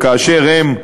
כאשר הם,